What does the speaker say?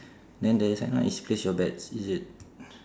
then there's ano~ is place your bets is it